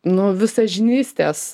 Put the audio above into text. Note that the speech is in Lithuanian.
nu visažinystės